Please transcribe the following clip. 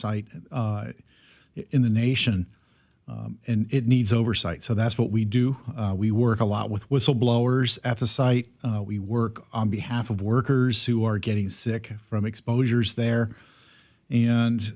site in the nation and it needs oversight so that's what we do we work a lot with whistleblowers at the site we work on behalf of workers who are getting sick from exposures there